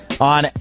on